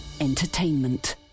Entertainment